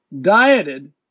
dieted